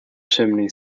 chimney